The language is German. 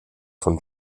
von